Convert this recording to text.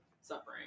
Suffering